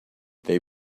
they